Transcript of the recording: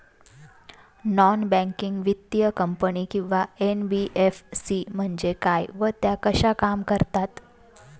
Non banking वित्तीय company किंवा NBFC म्हणजे काय व त्या कशा काम करतात?